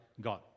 God